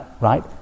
right